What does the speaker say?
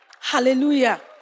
Hallelujah